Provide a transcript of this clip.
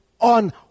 on